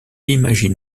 imagine